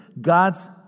God's